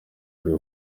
ariwe